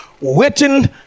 Waiting